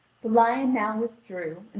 the lion now withdrew,